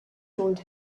told